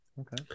Okay